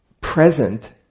present